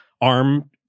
arm